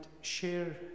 share